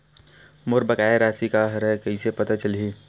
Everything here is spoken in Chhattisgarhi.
मोर बकाया राशि का हरय कइसे पता चलहि?